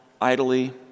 idly